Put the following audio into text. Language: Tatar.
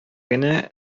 генә